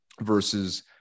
versus